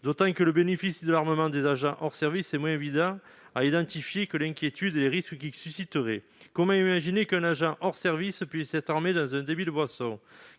d'autant que le bénéfice de leur armement est moins évident à identifier que l'inquiétude et les risques qu'il susciterait. Comment imaginer qu'un agent hors service puisse être armé dans un débit de boissons ?